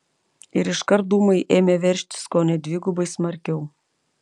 ir iškart dūmai ėmė veržtis kone dvigubai smarkiau